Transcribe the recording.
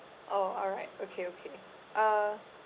oh alright okay okay uh